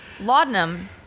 Laudanum